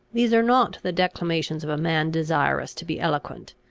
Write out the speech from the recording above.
these are not the declamations of a man desirous to be eloquent.